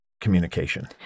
communication